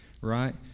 right